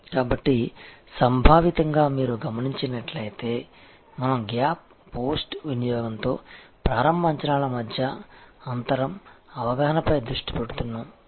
కాబట్టి సంభావితంగా మీరు గమనించినట్లయితే మనం గ్యాప్ పోస్ట్ వినియోగంతో ప్రారంభ అంచనాల మధ్య అంతరం అవగాహనపై దృష్టి పెడుతున్నాము